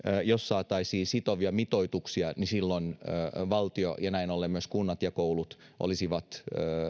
jos saataisiin sitovia mitoituksia valtio ja näin ollen myös kunnat ja koulut olisivat